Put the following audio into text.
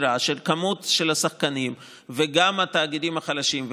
רואה של כמות השחקנים ושל התאגידים החלשים,